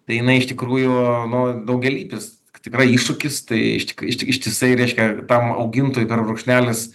tai jinai iš tikrųjų nu daugialypis tikrai iššūkis tai iš iš ištisai reiškia tam augintojui dar brūkšnelis